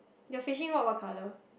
your fishing rod what colour